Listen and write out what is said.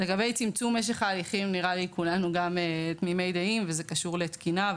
לגבי צמצום משך ההליכים נראה לי שכולנו תמימי דעים שזה קשור לתקינה,